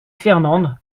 fernande